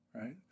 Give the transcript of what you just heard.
right